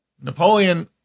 Napoleon